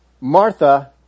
Martha